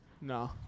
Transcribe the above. No